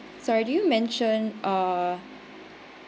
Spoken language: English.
sorry do you mention uh